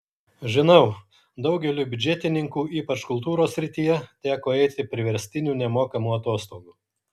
žinau daugeliui biudžetininkų ypač kultūros srityje teko eiti priverstinių nemokamų atostogų